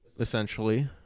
Essentially